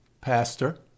Pastor